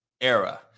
era